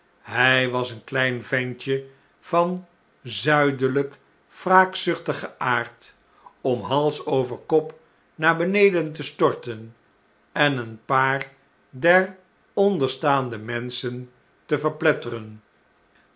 htj was een klein ventje van zuideljjk wraakzuchtigen aard om hals over kop naar beneden te storten en een paar der onderstaande menschen te verpletteren